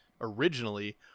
originally